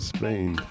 Spain